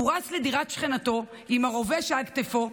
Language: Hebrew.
הוא רץ לדירת שכנתו עם הרובה שעל כתפו,